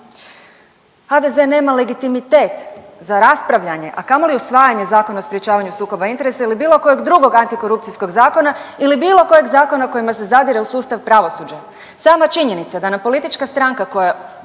HDZ nema legitimitet za raspravljanje, a kamoli usvajanje Zakona o sprječavanju sukoba interesa ili bilo kojeg drugog antikorupcijskog zakona ili bilo kojeg zakona kojima se zadire u sustav pravosuđa. Sama činjenica da nam politička stranka koja